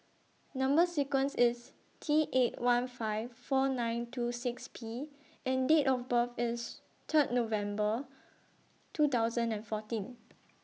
Number sequence IS T eight one five four nine two six P and Date of birth IS Third November two thousand and fourteen